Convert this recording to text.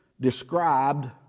described